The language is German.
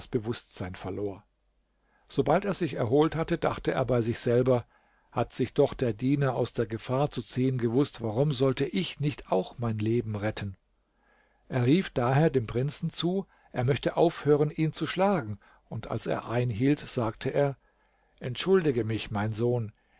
bewußtsein verlor sobald er sich erholt hatte dachte er bei sich selber hat sich doch der diener aus der gefahr zu ziehen gewußt warum sollte ich nicht auch mein leben retten er rief daher dem prinzen zu er möchte aufhören ihn zu schlagen und als er einhielt sagte er entschuldige mich mein sohn